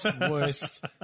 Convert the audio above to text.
worst